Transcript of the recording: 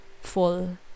full